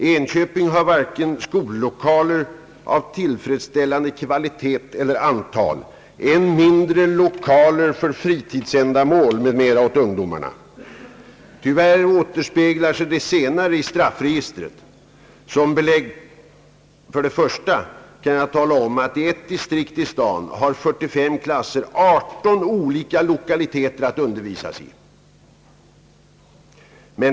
Enköping har inte skollokaler av tillfredsställande kvalitet eller antal och än mindre lokaler för fritidsändamål m. m, åt ungdomarna. Tyvärr återspeglas det senare i straffregistret. Som belägg för det första kan jag tala om, att i ett distrikt i staden har 45 klasser 18 olika lokaliteter att undervisas i.